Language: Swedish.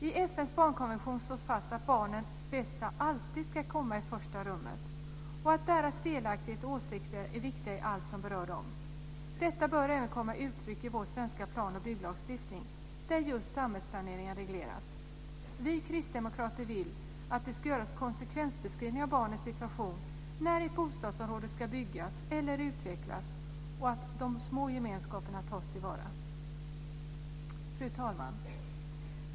I FN:s barnkonvention slås det fast att barnens bästa alltid ska komma i första rummet och att deras delaktighet och åsikter är viktiga i allt som berör dem. Detta bör även komma till uttryck i vår svenska planoch bygglagstiftning där just samhällsplaneringen regleras. Vi kristdemokrater vill att det ska göras konsekvensbeskrivningar av barnens situation när ett bostadsområde ska byggas eller utvecklas och att de små gemenskaperna tas till vara. Fru talman!